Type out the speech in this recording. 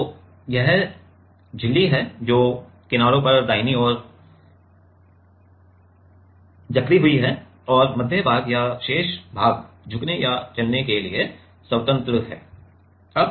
तो यह झिल्ली है और जो किनारों पर दाहिनी ओर जकड़ी हुई है और मध्य भाग या शेष भाग झुकने या चलने के लिए स्वतंत्र है